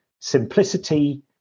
simplicity